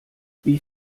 wie